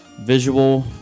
visual